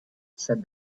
said